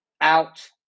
out